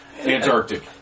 Antarctic